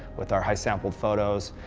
with our high sample photos,